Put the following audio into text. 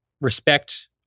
respect